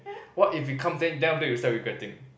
what if it comes then then after that you start regretting